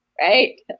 right